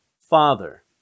Father